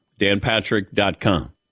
DanPatrick.com